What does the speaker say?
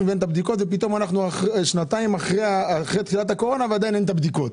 ופתאום אנחנו שנתיים אחרי תחילת הקורונה ועדיין אין הבדיקות.